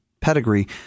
pedigree